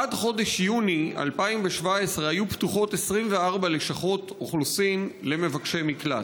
עד חודש יוני 2017 היו פתוחות 24 לשכות אוכלוסין למבקשי מקלט.